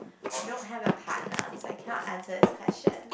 I don't have a partner so I cannot answer this question